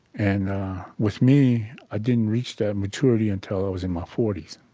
and with me, i didn't reach that maturity until i was in my forty s.